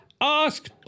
Ask